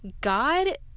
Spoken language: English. God